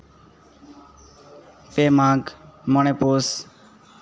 ᱯᱮ ᱢᱟᱜᱽ ᱢᱚᱬᱮ ᱯᱩᱥ